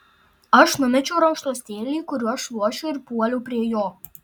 aš numečiau rankšluostėlį kuriuo šluosčiau ir puoliau prie jo